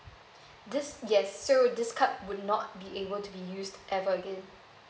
this yes so this card will not be able to be used ever again